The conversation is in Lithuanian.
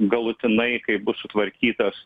galutinai kai bus sutvarkytas